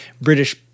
British